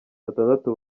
batandatu